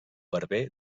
berber